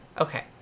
Okay